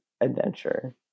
Adventure